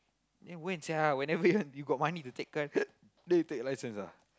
then when sia whenever you got money to take car then you take license lah